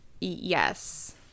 yes